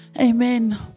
Amen